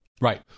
Right